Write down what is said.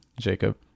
Jacob